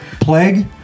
Plague